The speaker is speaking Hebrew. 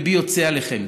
ליבי יוצא אליכם.